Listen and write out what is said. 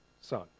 Son